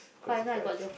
Classified